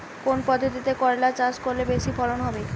কোন পদ্ধতিতে করলা চাষ করলে বেশি ফলন হবে?